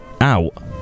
out